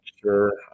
sure